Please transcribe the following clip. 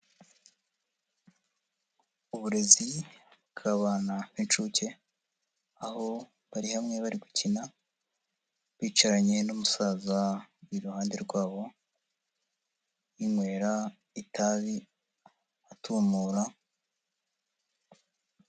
Uburezi bw'abana b'incuke, aho bari hamwe bari gukina bicaranye n'umusaza, ari iruhande rwabo yinywera itabi atumura.